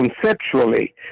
conceptually